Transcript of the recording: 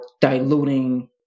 diluting